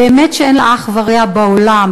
באמת שאין לה אח ורע בעולם.